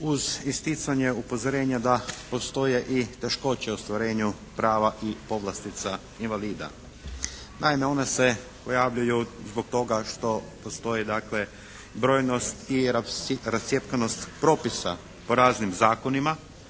uz isticanje upozorenja da postoje i teškoće u ostvarenju prava i povlastica invalida. Naime one se pojavljuju zbog toga što postoje dakle brojnost i rascjepkanost propisa po raznim zakonima,